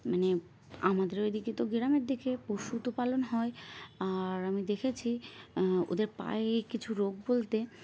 মানে আমাদের ওইদিকে তো গ্রামের দিকে পশু তো পালন হয় আর আমি দেখেছি ওদের পায়ে কিছু রোগ বলতে